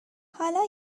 حالا